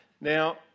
Now